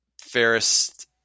fairest